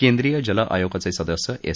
केंद्रीय जल आयोगाचे सदस्य एस